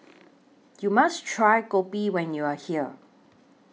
YOU must Try Kopi when YOU Are here